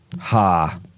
Ha